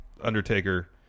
Undertaker